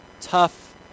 tough